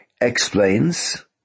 explains